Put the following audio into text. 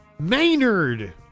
Maynard